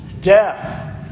Death